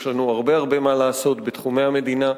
יש לנו הרבה הרבה מה לעשות בתחומי המדינה.